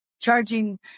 charging